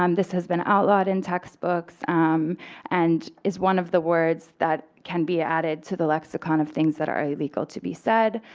um this has been out lawed in textbooks and is one of the words that can be added to the lexicon of things that are illegal to be said.